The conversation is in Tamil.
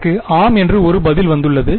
எனக்கு ஆம் என்று ஒரு பதில் வந்துள்ளது